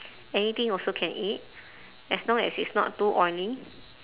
anything also can eat as long as it's not too oily